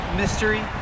mystery